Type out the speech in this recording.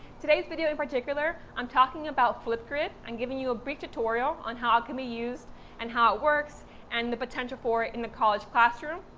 today's video in particular, i'm talking about flipgrid. i'm giving you a brief tutorial on how it can be used and how it works and the potential for it in the college classroom,